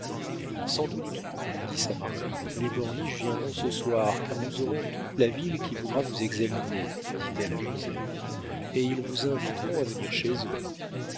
sans doute lui dit sa marraine les borniche viendront ce soir car nous aurons toute la ville qui voudra vous examiner dit-elle à joseph et ils vous inviteront à venir chez eux